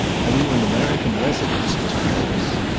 have you an american residence, mr. melis?